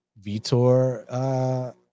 Vitor